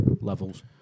Levels